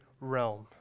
realm